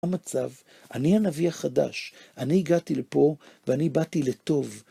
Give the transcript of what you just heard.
אני הנביא החדש. אני הגעתי לפה, ואני באתי לטוב.